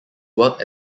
work